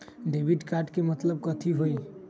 Debit card के मतलब कथी होई?